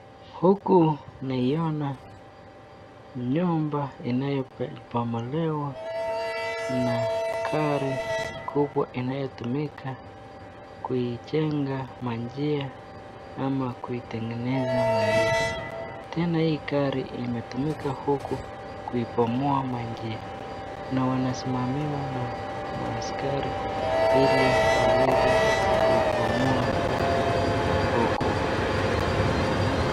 Huku naiona nyumba inayobomolewa na gari kubwa inayotumika kuijenga manjia ama kuitengeneza manjia tena, hii gari imetumika huku kuibomoa manjia na wanasimamiwa na maaskari hili waweze kuibomoa huku.